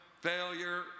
failure